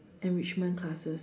enrichment classes